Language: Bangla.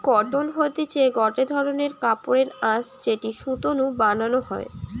কটন হতিছে গটে ধরণের কাপড়ের আঁশ যেটি সুতো নু বানানো হয়